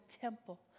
temple